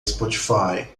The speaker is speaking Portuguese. spotify